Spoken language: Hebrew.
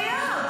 איך יכול להיות?